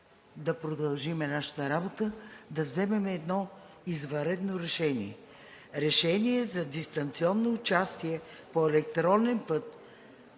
да продължим нашата работа, да вземем едно извънредно решение – решение за дистанционно участие по електронен път